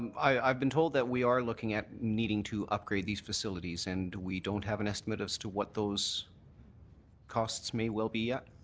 i've been told that we are looking at needing to upgrade these facilities and we don't have an estimate as to what those costs may well be yet?